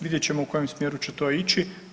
Vidjet ćemo u kojem smjeru će to ići.